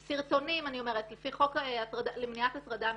סרטונים, לפי חוק למניעת הטרדה מינית,